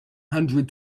hundred